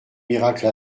miracle